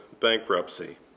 bankruptcy